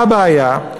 מה הבעיה?